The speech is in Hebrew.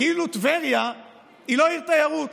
כאילו טבריה היא לא עיר תיירות,